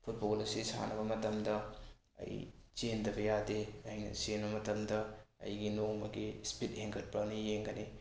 football ꯑꯁꯤ ꯁꯥꯟꯅꯕ ꯃꯇꯝꯗ ꯑꯩ ꯆꯦꯟꯗꯕ ꯌꯥꯗꯦ ꯑꯩꯅ ꯆꯦꯟꯕ ꯃꯇꯝꯗ ꯑꯩꯒꯤ ꯅꯣꯡꯃꯒꯤ ꯁ꯭ꯄꯤꯠ ꯍꯦꯟꯒꯠꯄ꯭ꯔꯅ ꯌꯦꯡꯒꯅꯤ